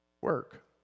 work